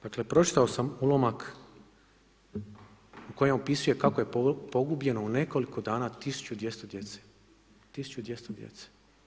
Dakle, pročitao sam ulomak u kojem opisuje kako je pogubljeno u nekoliko dana 1200 djece, 1200 djece.